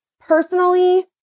personally